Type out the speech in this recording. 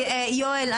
יואל,